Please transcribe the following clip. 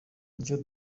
icyo